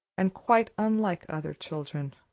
and quite unlike other children.